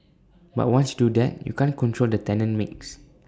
but once do that you can't control the tenant mix